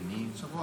בשבוע הבא.